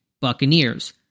Buccaneers